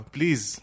Please